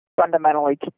fundamentally